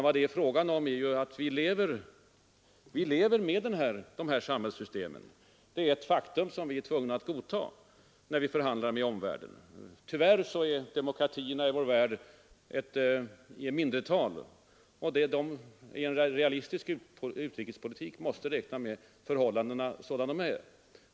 Vad det är fråga om är i stället att vi lever med detta samhällssystem; det är ett faktum som vi är tvungna att godta när vi förhandlar med omvärlden. Tyvärr är demokratierna i vår värld ett mindretal, och en realistisk utrikespolitik måste räkna med förhållandena sådana de är.